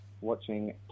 watching